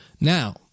Now